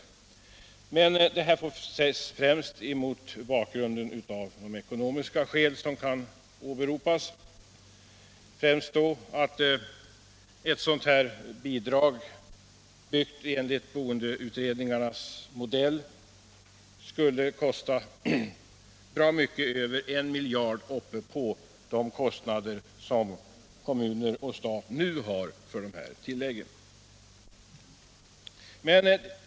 Skälen till att förslaget inte läggs fram nu är främst ekonomiska. Ett sådant bidrag enligt boendeutredningarnas modell skulle kosta bra mycket över en miljard kronor ovanpå de kostnader som kommuner och stat nu har för dessa bostadstillägg.